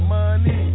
Money